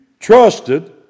Trusted